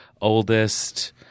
oldest